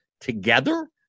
together